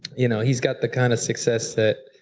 you know he's got the kind of success that,